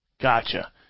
Gotcha